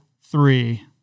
three